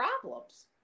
problems